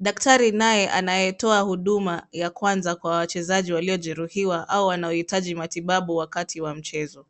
Daktari naye anayetoa huduma ya kwanza kwa wachezaji waliojeruhiwa au wanaohitaji matibabu wakati wa mchezo.